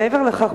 מעבר לכך,